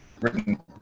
written